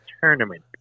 tournament